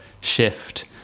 shift